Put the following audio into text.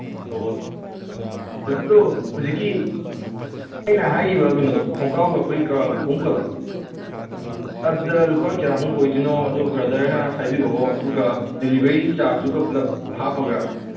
ꯑꯣ ꯑꯗꯨꯗꯣ ꯍꯧꯖꯤꯛꯀꯤ ꯑꯩꯅ ꯍꯥꯏꯒꯤꯕ ꯀꯩꯅꯣꯗꯣ ꯈꯣꯡꯒꯥꯎꯒ ꯐꯨꯔꯤꯠꯀ ꯈꯣꯡꯎꯞꯀꯗꯣ ꯑꯗꯨꯗ ꯂꯨꯄꯥ ꯀꯌꯥꯃꯨꯛ ꯑꯣꯏꯗꯣꯏꯅꯣ ꯑꯗꯨ ꯕ꯭ꯔꯗꯔꯅ ꯍꯥꯏꯕꯤꯔꯛꯑꯣ ꯑꯗꯨꯒ ꯗꯤꯂꯤꯚꯔꯤ ꯆꯥꯔꯖꯇꯨꯒ ꯄꯨꯂꯞ ꯍꯥꯞꯄꯒ